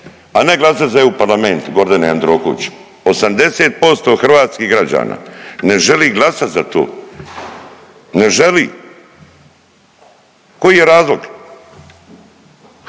a ne glasat EU Parlament Gordane Jandrokoviću. 80% hrvatskih građana ne želi glasat za to, ne želi. Koji je razlog?